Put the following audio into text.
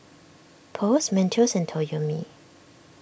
Post Mentos and Toyomi